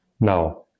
Now